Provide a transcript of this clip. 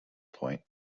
point